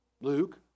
Luke